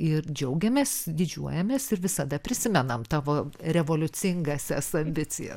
ir džiaugiamės didžiuojamės ir visada prisimenam tavo revoliucingąsias ambicijas